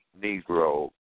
Negro